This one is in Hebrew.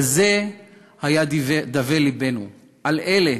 על זה היה דווה לבנו, על אלה